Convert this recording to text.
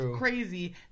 crazy